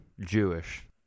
jewish